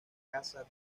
casa